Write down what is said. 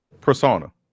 persona